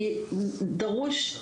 כי דרושים